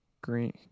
green